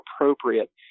appropriate